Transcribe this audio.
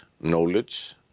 knowledge